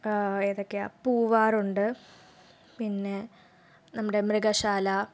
ഏതൊക്കെയാണ് പൂവാറുണ്ട് പിന്നെ നമ്മുടെ മൃഗശാല